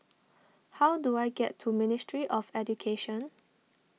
how do I get to Ministry of Education